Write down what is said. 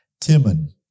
Timon